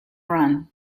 run